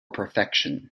perfection